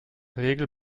regel